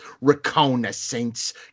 reconnaissance